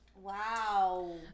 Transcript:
Wow